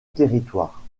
territoire